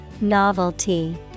Novelty